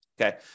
Okay